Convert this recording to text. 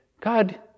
God